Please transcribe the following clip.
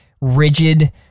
rigid